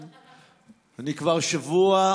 אני כבר שבוע,